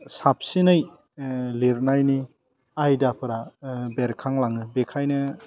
साबसिनै लिरनायनि आयदाफ्रा बेरखांलाङो बेखायनो